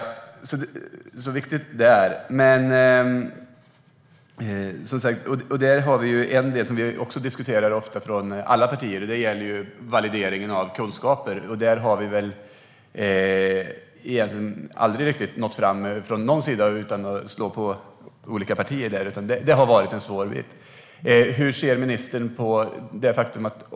Där har vi något som alla partier också diskuterar ofta, och det är valideringen av kunskaper. Där har vi väl egentligen aldrig riktigt nått fram, från någon sida, utan det har varit en svårighet.